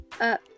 up